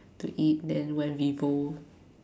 to eat then went Vivo